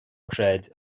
creid